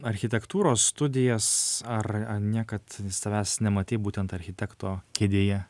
architektūros studijas ar ar niekad savęs nematei būtent architekto kėdėje